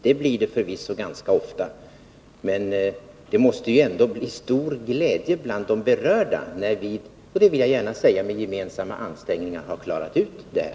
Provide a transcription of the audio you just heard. Det blir det förvisso ganska ofta, men glädjen bland de berörda måste ju ändå bli stor när vi — det vill jag gärna framhålla — med gemensamma ansträngningar har klarat ut det här.